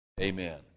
Amen